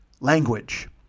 language